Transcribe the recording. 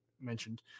mentioned